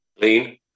Lean